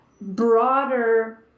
broader